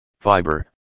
fiber